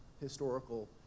historical